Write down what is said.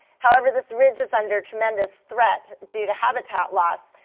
however, this ridge is under tremendous threat due to habitat loss.